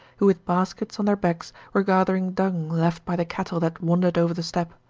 who with baskets on their backs were gathering dung left by the cattle that wandered over the steppe.